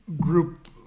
group